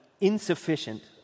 insufficient